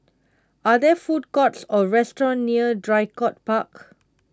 are there food courts or restaurants near Draycott Park